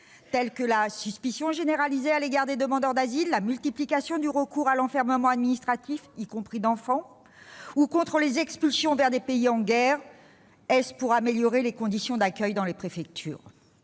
tels que la suspicion généralisée à l'égard des demandeurs d'asile et la multiplication du recours à l'enfermement administratif, y compris d'enfants, ou encore les expulsions vers des pays en guerre ? Est-ce pour améliorer les conditions d'accueil dans les préfectures ?